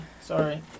Sorry